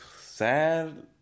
sad